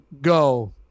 go